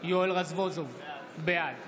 יואל רזבוזוב, בעד